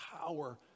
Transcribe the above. power